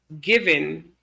given